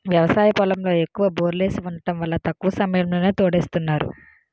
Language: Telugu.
వ్యవసాయ పొలంలో ఎక్కువ బోర్లేసి వుండటం వల్ల తక్కువ సమయంలోనే తోడేస్తున్నారు